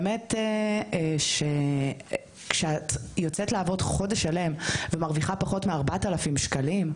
באמת שכשאת יוצאת לעבוד חודש שלם ומרוויחה פחות מ- 4,000 שקלים,